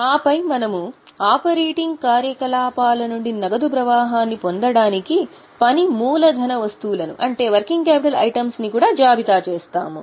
ఆపై మనము ఆపరేటింగ్ కార్యకలాపాల నుండి నగదు ప్రవాహాన్ని పొందడానికి పని మూలధన వస్తువులను కూడా జాబితా చేస్తాము